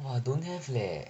!wah! don't have leh